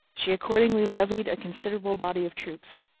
she accordingly levied a considerable body of troops,